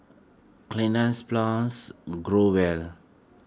Cleanz Plus Growell